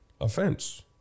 offense